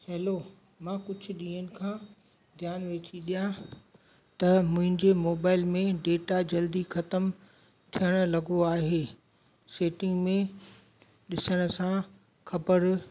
hello मां कुझु ॾींहनि खां ध्यानु वेठी ॾियां त मुंहिंजे मोबाइल में डेटा जल्दी खतमु थिअण लॻो आहे सेटिंग में ॾिसण सां ख़बर